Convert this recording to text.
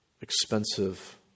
Expensive